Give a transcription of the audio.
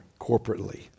corporately